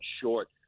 short